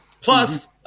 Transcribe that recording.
plus